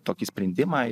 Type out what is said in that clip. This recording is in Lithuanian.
tokį sprendimą